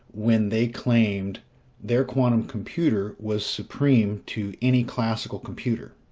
when they claimed their quantum computer was supreme to any classical computer.